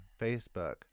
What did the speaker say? Facebook